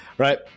Right